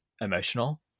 emotional